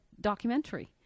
documentary